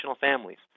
families